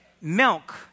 milk